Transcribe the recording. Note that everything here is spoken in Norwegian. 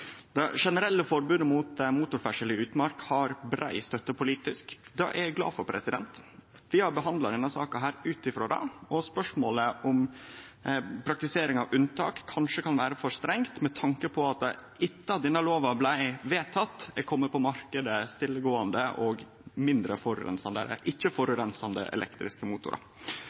Det generelle forbodet mot motorferdsel i utmark har brei støtte politisk. Det er eg glad for. Vi har behandla denne saka ut ifrå det og spørsmålet om praktiseringa av unntak kanskje kan vere for streng med tanke på at etter at denne lova blei vedteken, er stillegåande og mindre forureinande eller ikkje-forureinande elektriske motorar komne på